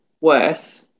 worse